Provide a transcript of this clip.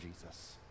Jesus